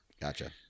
Gotcha